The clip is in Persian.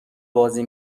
بازی